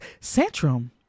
centrum